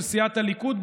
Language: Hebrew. של סיעת הליכוד,